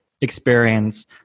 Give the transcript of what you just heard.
Experience